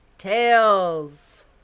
tails